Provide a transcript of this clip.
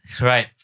Right